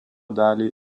dalį